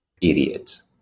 idiots